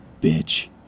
bitch